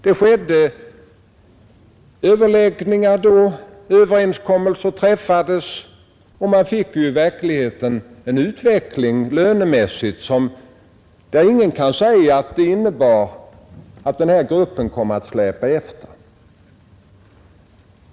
Det skedde överläggningar då överenskommelser träffades, och man fick i verkligheten en utveckling lönemässigt som ingen kan säga innebar att den här gruppen kom att släpa efter.